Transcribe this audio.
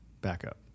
Backup